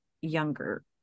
younger